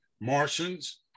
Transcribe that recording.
Martians